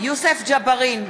יוסף ג'בארין,